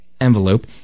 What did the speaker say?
envelope